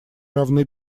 равны